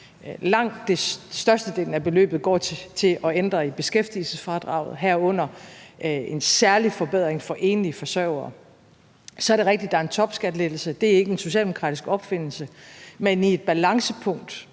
Langt størstedelen af beløbet går til at ændre i beskæftigelsesfradraget, herunder en særlig forbedring for enlige forsørgere. Så er det rigtigt, at der er en topskattelettelse. Det er ikke en socialdemokratisk opfindelse, men i et balancepunkt